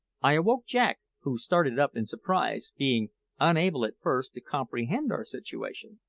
i awoke jack, who started up in surprise, being unable at first to comprehend our situation.